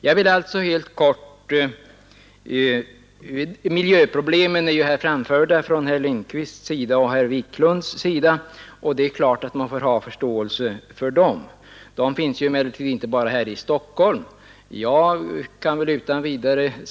Synpunkter på miljöproblemen har anförts av herr Lindkvist och herr Wiklund i Stockholm, och det är klart att man får ha förståelse för dem. Sådana problem finns emellertid inte bara här i Stockholm.